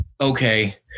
okay